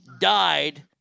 died